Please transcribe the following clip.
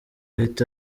ahita